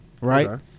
Right